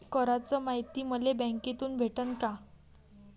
कराच मायती मले बँकेतून भेटन का?